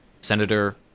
Senator